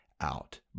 out